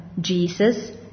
Jesus